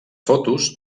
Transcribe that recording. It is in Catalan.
fotos